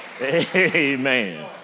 Amen